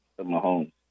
Mahomes